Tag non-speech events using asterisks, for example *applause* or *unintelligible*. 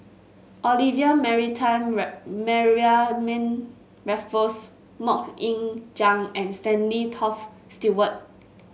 Olivia marry time *unintelligible* Mariamne Raffles MoK Ying Jang and Stanley Toft Stewart